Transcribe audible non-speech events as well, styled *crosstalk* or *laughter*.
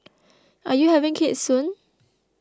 *noise* are you having kids soon